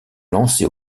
lancé